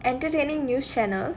entertaining news channel